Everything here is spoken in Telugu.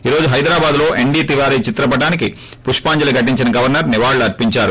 ఈరోజు హైదరాబాద్లో ఎన్లీ తివారి చిత్ర పటానికి పుష్పాంజలి ఘటించి గవర్నర్ నివాళులు అర్పించారు